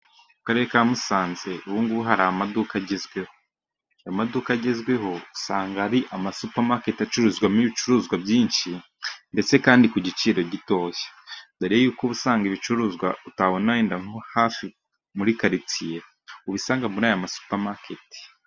Mu Karere ka Musanze ubu ngubu hari amaduka agezweho. Aya maduka agezweho usanga ari ama supamaketi acuruzwamo ibicuruzwa byinshi, ndetse kandi ku giciro gitoya. Mbere y'uko ubu usanga ibicuruzwa utabona wenda nko hafi muri karitsiye ubisanga muri aya masupamaketi.